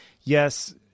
yes